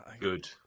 good